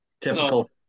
Typical